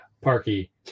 Parky